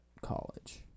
college